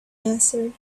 answered